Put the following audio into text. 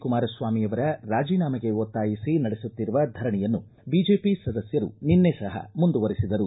ಕುಮಾರಸ್ವಾಮಿ ಅವರ ರಾಜಿನಾಮೆಗೆ ಒತ್ತಾಯಿಸಿ ನಡೆಸುತ್ತಿರುವ ಧರಣಿಯನ್ನು ಬಿಜೆಪಿ ಸದಸ್ಯರು ನಿನ್ನೆ ಸಹ ಮುಂದುವರಿಸಿದರು